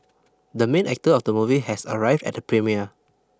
the main actor of the movie has arrived at the premiere